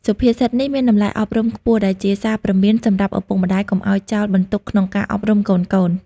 សុភាសិតនេះមានតម្លៃអប់រំខ្ពស់ដែលជាសារព្រមានសម្រាប់ឪពុកម្ដាយកុំឲ្យចោលបន្ទុកក្នុងការអប់រំកូនៗ។